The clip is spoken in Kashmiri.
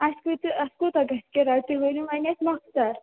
اَسہِ کۭتِس اَتھ کوٗتاہ گَژھِ کِرایہِ تُہۍ ؤنِو وۅنۍ اَسہِ مۄخصر